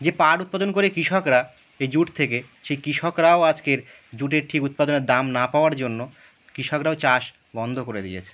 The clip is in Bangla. যে পাট উৎপাদন করে কৃষকরা এই জুট থেকে সেই কৃষকরাও আজকের জুটের ঠিক উৎপাদনের দাম না পাওয়ার জন্য কৃষকরাও চাষ বন্ধ করে দিয়েছে